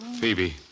Phoebe